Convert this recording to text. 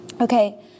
Okay